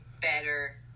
better